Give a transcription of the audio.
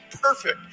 perfect